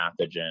pathogen